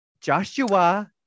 joshua